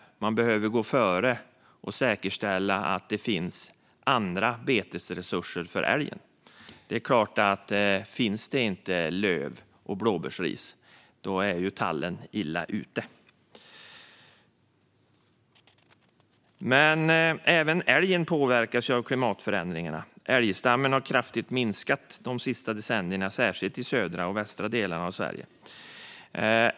De behöver gå före och säkerställa att det finns andra betesresurser för älgen. Det är klart att om det inte finns löv eller blåbärsris så är tallen illa ute. Men även älgen påverkas av klimatförändringarna. Älgstammen har kraftigt minskat de senaste decennierna, särskilt i de södra och västra delarna av Sverige.